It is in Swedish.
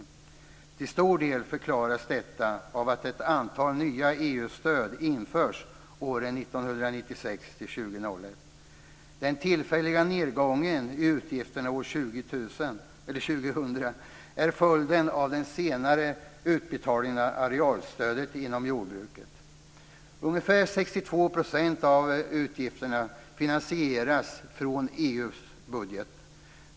Till stor del förklaras detta av att ett antal nya EU-stöd införts åren 1996-2001. Den tillfälliga nedgången i utgifterna år 2000 är följden av den senarelagda utbetalningen av arealstödet inom jordbruket. Ungefär 62 % av utgifterna finansieras från EU:s budget.